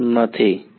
Student